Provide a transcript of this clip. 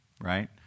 right